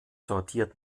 sortiert